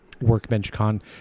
WorkbenchCon